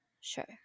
Sure